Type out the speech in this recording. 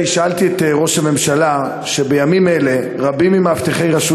שאלתי את ראש הממשלה: בימים אלה רבים ממאבטחי רשות